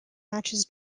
matches